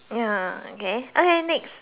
ya okay okay next